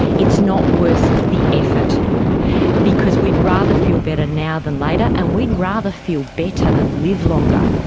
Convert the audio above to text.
it's not worth the effort because we'd rather feel better now than later, and we'd rather feel better than live longer.